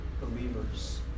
believers